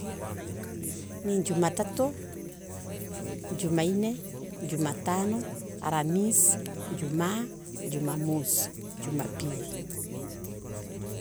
Ni Jumatato, Jumanne, Jumatano, Alamisi, Juma, Jumamosi, Jumapili.